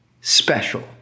special